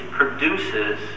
produces